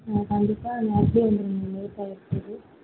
ஆ கண்டிப்பாக நேரத்திலே வந்துடுங்க லேட்டாக போகுது